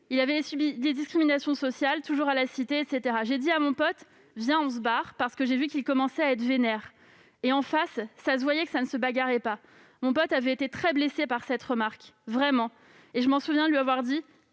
Il avait subi des discriminations sociales. J'ai dit à mon pote " Viens, on s'barre ", parce que j'ai vu qu'il commençait à être vénère. Et, en face, ça se voyait que ça ne se bagarrait pas. Mon pote avait été très blessé par cette remarque. Vraiment ! Et je me souviens de lui avoir dit